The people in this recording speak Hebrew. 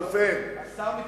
הרי השר, הוא מטלפן.